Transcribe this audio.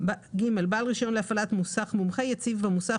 בעל רישיון להפעלת מוסך מומחה יציב במוסך